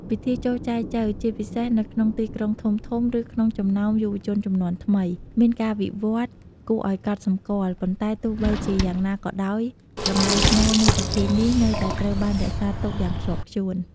ពិធីចូលចែចូវ ជាពិសេសនៅក្នុងទីក្រុងធំៗ ឬក្នុងចំណោមយុវជនជំនាន់ថ្មី មានការវិវឌ្ឍន៍គួរឲ្យកត់សម្គាល់ ប៉ុន្តែទោះបីជាយ៉ាងណាក៏ដោយ តម្លៃស្នូលនៃពិធីនេះនៅតែត្រូវបានរក្សាទុកយ៉ាងខ្ជាប់ខ្ជួន។